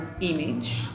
image